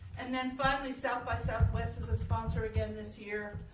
and then finally, south by southwest is a sponsor again this year.